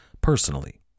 personally